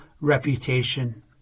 reputation